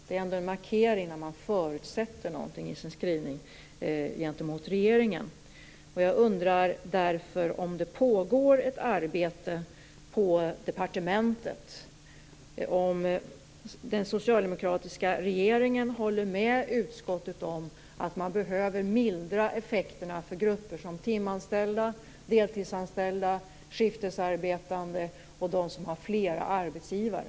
Att man förutsätter någonting i sin skrivning gentemot regeringen innebär en markering. Jag undrar därför om det pågår ett arbete på departementet om detta. Håller den socialdemokratiska regeringen med utskottet om att man behöver mildra effekterna för grupper som timanställda, deltidsanställda, skiftarbetande och sådana som har flera arbetsgivare?